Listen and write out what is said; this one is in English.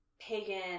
pagan